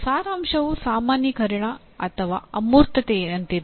ಸಾರಾಂಶವು ಸಾಮಾನ್ಯೀಕರಣ ಅಥವಾ ಅಮೂರ್ತತೆಯಂತಿದೆ